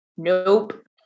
nope